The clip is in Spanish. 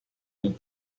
del